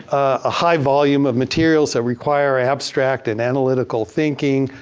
a high volume of materials that require abstract and analytical thinking.